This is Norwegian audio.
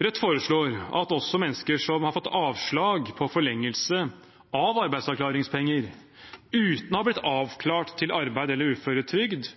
Rødt foreslår at også mennesker som har fått avslag på forlengelse av arbeidsavklaringspenger uten å ha blitt avklart til arbeid eller uføretrygd,